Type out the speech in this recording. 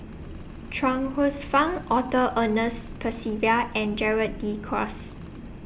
Chuang Hsueh Fang Arthur Ernest Percival and Gerald De Cruz